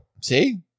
See